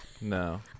no